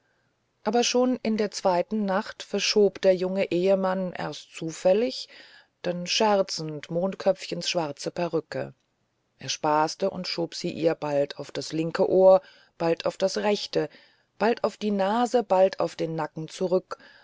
aber schon in der zweiten nacht verschob der junge ehemann erst zufällig dann scherzend mondköpfchens schwarze perücke er spaßte und schob sie ihr bald auf das linke ohr bald auf das rechte bald auf die nase bald auf den nacken zurück